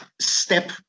step